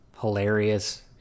hilarious